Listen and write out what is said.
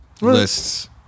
lists